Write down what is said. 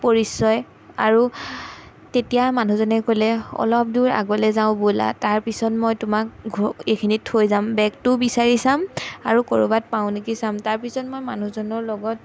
পৰিচয় আৰু তেতিয়া মানুহজনে ক'লে অলপ দূৰ আগলৈ যাওঁ ব'লা তাৰপিছত মই তোমাক ঘ এইখিনি থৈ যাম বেগটো বিচাৰি চাম আৰু ক'ৰবাত পাওঁ নেকি চাম তাৰপিছত মই মানুহজনৰ লগত